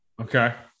Okay